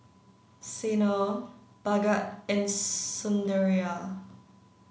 Sanal Bhagat and Sundaraiah